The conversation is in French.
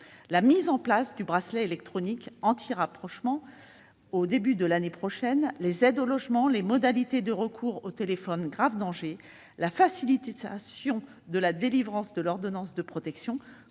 La mise en place du bracelet électronique anti-rapprochement au début de l'année prochaine, les aides au logement, les modalités de recours au téléphone grave danger, la facilitation de la délivrance de l'ordonnance de protection